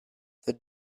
the